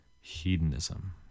Hedonism